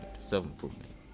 self-improvement